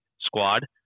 squad